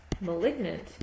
malignant